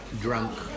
drunk